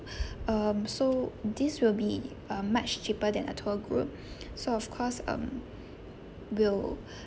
um so this will be uh much cheaper than a tour group so of course um we'll